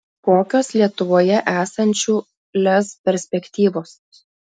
kokios lietuvoje esančių lez perspektyvos